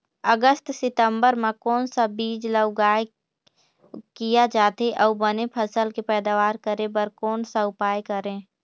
अगस्त सितंबर म कोन सा बीज ला उगाई किया जाथे, अऊ बने फसल के पैदावर करें बर कोन सा उपाय करें?